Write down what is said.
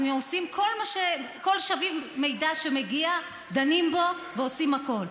כל שביב מידע שמגיע, דנים בו, ועושים הכול.